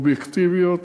אובייקטיביות,